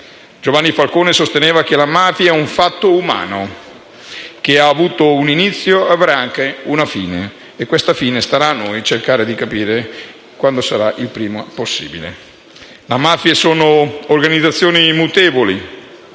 Giovanni Falcone sosteneva che la mafia è un fatto umano che ha avuto un inizio e avrà anche una fine e starà a noi cercare di capire quando sarà, il prima possibile. La mafia è fatta di organizzazioni mutevoli,